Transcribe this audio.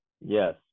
Yes